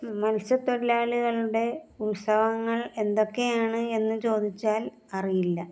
മത്സ്യത്തൊഴിലാളികളുടെ ഉത്സവങ്ങൾ എന്തൊക്കെയാണ് എന്ന് ചോദിച്ചാൽ അറിയില്ല